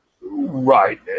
right